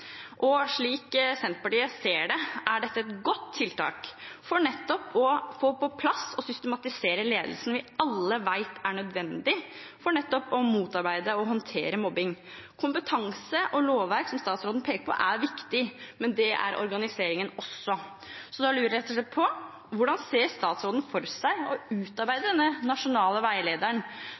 Slik Senterpartiet ser det, er dette et godt tiltak for å få på plass og systematisere ledelsen vi alle vet er nødvendig for nettopp å motarbeide og håndtere mobbing. Kompetanse og lovverk, som statsråden peker på, er viktig, men det er organiseringen også. Da lurer jeg rett og slett på: Hvordan ser statsråden for seg å utarbeide denne nasjonale veilederen